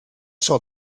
saw